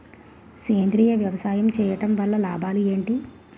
సేంద్రీయ వ్యవసాయం చేయటం వల్ల లాభాలు ఏంటి?